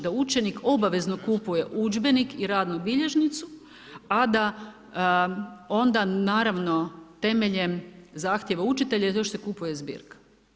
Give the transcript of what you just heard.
Da učenik obavezno kupuje udžbenik i radnu bilježnicu, a da onda naravno, temeljem zahtjeva učitelja još se kupuje zbirka.